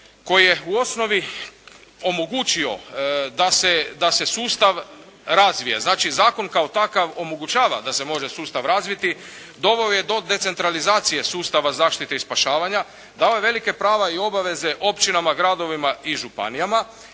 koji je u osnovi omogućio da se sustav razvije. Dakle, zakon kao takav omogućava da se sustav može razviti doveo je do decentralizacije sustava zaštite i spašavanja. Dao je velika prava i obveze općinama, gradovima i županijama